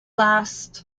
last